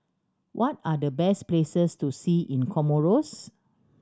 what are the best places to see in Comoros